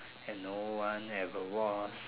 that no one ever was